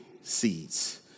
seeds